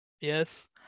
Yes